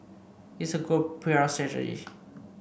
it's a good P R strategy